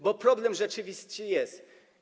Bo problem rzeczywiście jest.